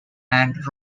and